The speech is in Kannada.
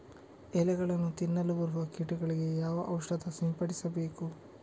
ಎಲೆಗಳನ್ನು ತಿನ್ನಲು ಬರುವ ಕೀಟಗಳಿಗೆ ಯಾವ ಔಷಧ ಸಿಂಪಡಿಸಬೇಕು?